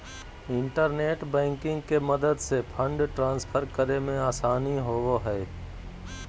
internet banking के मदद से फंड ट्रांसफर करे मे आसानी होवो हय